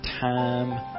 time